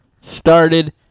started